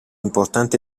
importanti